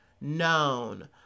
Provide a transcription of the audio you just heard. known